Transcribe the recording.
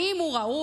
האם הוא ראוי?